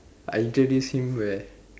I introduce him where